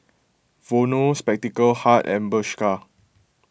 Vono Spectacle Hut and Bershka